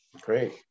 great